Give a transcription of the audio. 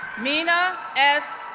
mina s.